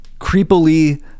creepily